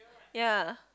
ya